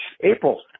April